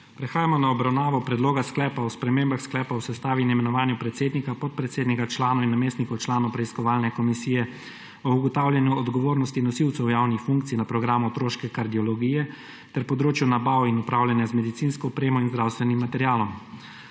Prehajamo na obravnavo Predloga sklepa o spremembah sklepa o sestavi in imenovanju predsednika, podpredsednika, članov in namestnikov članov Preiskovalne komisije o ugotavljanju odgovornosti nosilcev javnih funkcij na programu otroške kardiologije ter področju nabav in upravljanja z medicinsko opremo in zdravstvenim materialom.